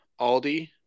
Aldi